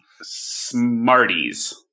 Smarties